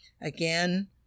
Again